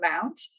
amount